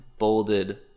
bolded